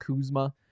Kuzma